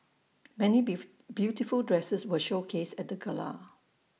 many beef beautiful dresses were showcased at the gala